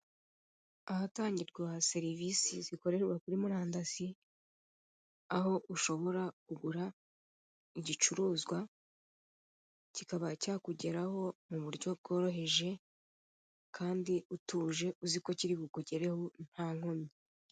Ahatangirwa serivisi zikorerwa kuri murandasi aho ushobora kugura igicuruzwa kikaba cyakugeraho mu buryo bworoheje kandi utuje uziko kiri bukugereho ntankomyi.